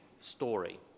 story